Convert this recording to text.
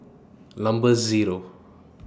Number Zero